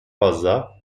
fazla